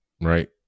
right